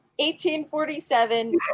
1847